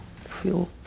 feel